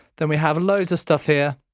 then we have loads of stuff here.